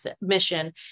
mission